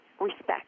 respect